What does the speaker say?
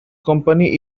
company